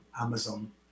Amazon